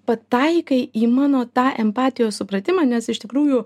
pataikai į mano tą empatijos supratimą nes iš tikrųjų